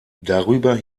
darüber